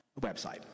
website